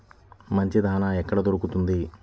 మంచి దాణా ఎక్కడ దొరుకుతుంది?